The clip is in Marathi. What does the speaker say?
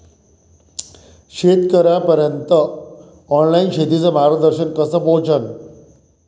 शेतकर्याइपर्यंत ऑनलाईन शेतीचं मार्गदर्शन कस पोहोचन?